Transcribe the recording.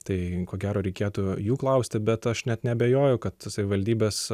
tai ko gero reikėtų jų klausti bet aš net neabejoju kad savivaldybės